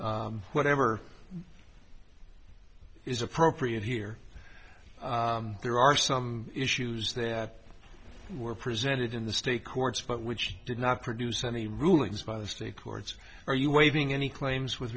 exhaustion whatever is appropriate here there are some issues that were presented in the state courts but which did not produce any rulings by the state courts are you waiving any claims with